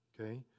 okay